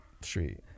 street